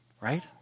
right